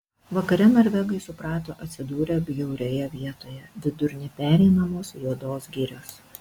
vakare norvegai suprato atsidūrę bjaurioje vietoje vidur nepereinamos juodos girios